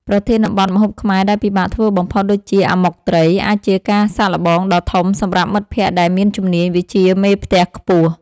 ប្រធានបទ ម្ហូបខ្មែរដែលពិបាកធ្វើបំផុត ដូចជា អាម៉ុកត្រី អាចជាការសាកល្បងដ៏ធំសម្រាប់មិត្តភក្តិដែលមានជំនាញវិជ្ជាមេផ្ទះខ្ពស់។